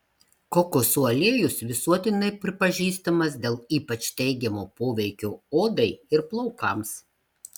kokosų aliejus visuotinai pripažįstamas dėl ypač teigiamo poveikio odai ir plaukams